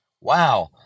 Wow